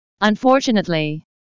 Unfortunately